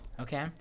Okay